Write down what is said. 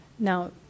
Now